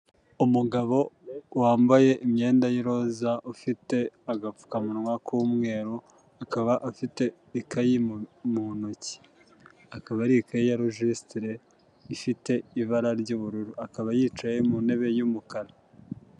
Umugabo wambaye imyenda y' iroza, ufite agapfukamunwa k'umweru, akaba afite ikayi mu ntoki, akaba ari ikayi ya rogisitire, ifite ibara ry'ubururu, akaba yicaye mu ntebe y'umukara.